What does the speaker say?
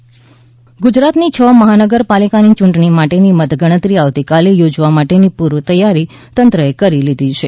આવતીકાલે મત ગણતરી ગુજરાતની છ મહાનગરપાલિકાની ચૂંટણી માટેની મતગણતરી આવતીકાલે યોજવા માટેની પૂરતી તૈયારી તંત્રએ કરી લીધી છે